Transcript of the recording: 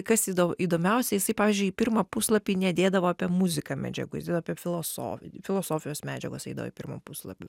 kas įdom įdomiausia jisai pavyzdžiui į pirmą puslapį nedėdavo apie muziką medžiagų jis dėdavo apie filoso filosofijos medžiagos eidavo į pirmą puslapį